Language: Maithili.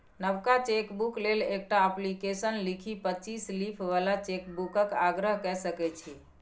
नबका चेकबुक लेल एकटा अप्लीकेशन लिखि पच्चीस लीफ बला चेकबुकक आग्रह कए सकै छी